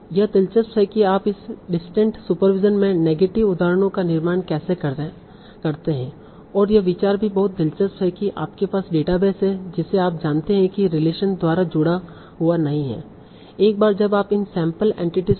यह दिलचस्प है कि आप इस डिस्टेंट सुपरविज़न में नेगेटिव उदाहरणों का निर्माण कैसे करते हैं और यह विचार भी बहुत दिलचस्प है कि आपके पास डेटाबेस है जिसे आप जानते हैं कि कौनसी एंटिटीस जुड़ी हुई हैं लेकिन आपके डेटाबेस में कुछ एंटिटीस पेअर है जो किसी भी रिलेशन द्वारा जुड़ा हुआ नहीं है